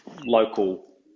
local